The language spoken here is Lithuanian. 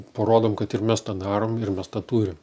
parodom kad ir mes tą darom ir mes tą turim